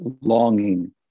longing